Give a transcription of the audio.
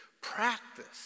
Practice